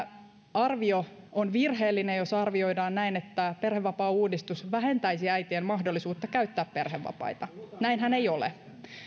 arvio on virheellinen jos arvioidaan että perhevapaauudistus vähentäisi äitien mahdollisuutta käyttää perhevapaita näinhän ei ole